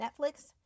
Netflix